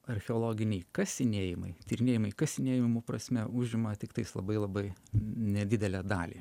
archeologiniai kasinėjimai tyrinėjimai kasinėjimų prasme užima tiktais labai labai nedidelę dalį